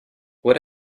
what